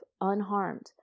unharmed